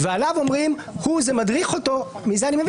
ועליו אומרים: "הוא זה מדריך אותו" מזה אני מבין